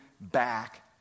back